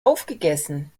aufgegessen